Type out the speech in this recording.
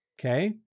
Okay